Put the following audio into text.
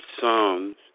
Psalms